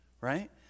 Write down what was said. right